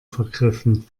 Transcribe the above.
vergriffen